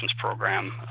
program